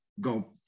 go